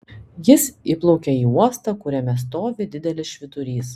jis įplaukia į uostą kuriame stovi didelis švyturys